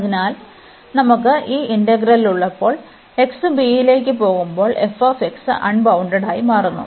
അതിനാൽ നമുക്ക് ഈ ഇന്റഗ്രൽ ഉള്ളപ്പോൾ x b ലേക്ക് പോകുമ്പോൾ f അൺബൌണ്ടഡ്ഡായി മാറുന്നു